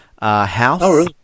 House